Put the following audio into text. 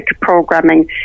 programming